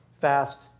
fast